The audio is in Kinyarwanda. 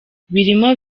birimo